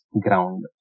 ground